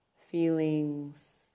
feelings